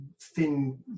thin